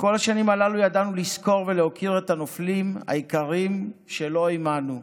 בכל השנים הללו ידענו לזכור ולהוקיר את הנופלים היקרים שלא עימנו,